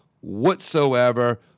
whatsoever